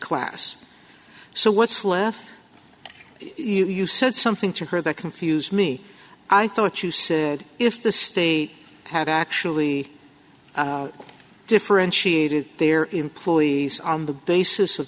class so what's left you said something to her that confuse me i thought you said if the state had actually differentiated their employees on the basis of